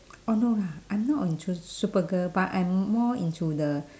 oh no lah I'm not into supergirl but I'm more into the